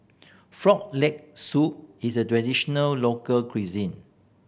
Frog Leg Soup is a traditional local cuisine